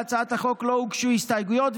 להצעת החוק לא הוגשו הסתייגויות,